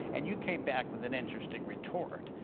and you came back with an interesting retort,